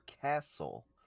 Castle